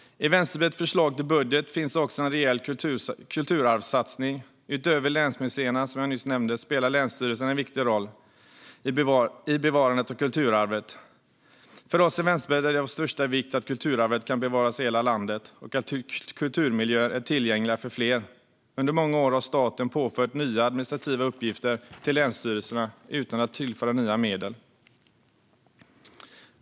I Vänsterpartiets förslag till budget finns också en rejäl kulturarvssatsning. Utöver länsmuseerna, som jag nyss nämnde, spelar länsstyrelserna en viktig roll i bevarandet av kulturarvet. För oss i Vänsterpartiet är det av största vikt att kulturarvet kan bevaras i hela landet och att kulturmiljöer är tillgängliga för fler. Under många år har staten påfört nya administrativa uppgifter till länsstyrelserna utan att tillföra nya medel.